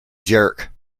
jerk